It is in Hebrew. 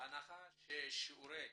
בהנחה ששיעורי